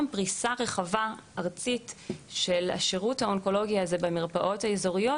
פריסה רחבה ארצית של השירות האונקולוגי הזה במרפאות האזוריות,